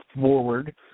forward